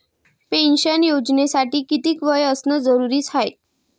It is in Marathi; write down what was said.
पेन्शन योजनेसाठी कितीक वय असनं जरुरीच हाय?